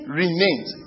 remains